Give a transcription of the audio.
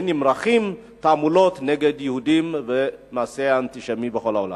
ונמרחות תעמולות נגד יהודים ויש מעשי אנטישמיות בכל העולם.